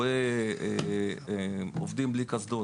רואה עובדים בלי קסדות